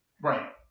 Right